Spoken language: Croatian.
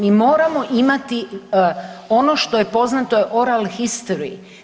Mi moramo imati ono što je poznato je oral history.